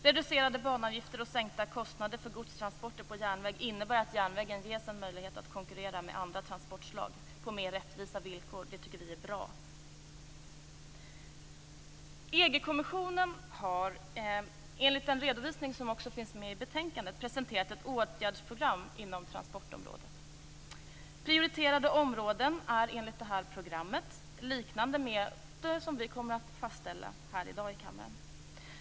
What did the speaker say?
Reducerade banavgifter och sänkta kostnader för godstransporter på järnväg innebär att järnvägen ges en möjlighet att konkurrera med andra transportslag på mer rättvisa villkor. Det tycker vi är bra. EG-kommissionen har enligt en redovisning som också finns med i betänkandet presenterat ett åtgärdsprogram inom transportområdet. Prioriterade områden är enligt programmet liknande de som vi kommer att fastställa här i dag i kammaren.